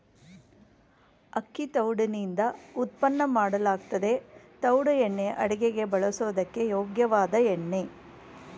ಅಕ್ಕಿ ತವುಡುನಿಂದ ಉತ್ಪನ್ನ ಮಾಡಲಾಗ್ತದೆ ತವುಡು ಎಣ್ಣೆ ಅಡುಗೆಗೆ ಬಳಸೋದಕ್ಕೆ ಯೋಗ್ಯವಾದ ಎಣ್ಣೆ